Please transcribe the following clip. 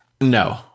No